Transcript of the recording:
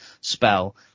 spell